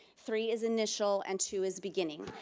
three is initial, and two is beginning,